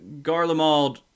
Garlemald